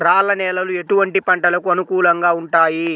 రాళ్ల నేలలు ఎటువంటి పంటలకు అనుకూలంగా ఉంటాయి?